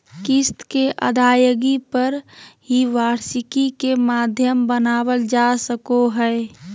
किस्त के अदायगी पर ही वार्षिकी के माध्यम बनावल जा सको हय